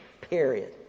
Period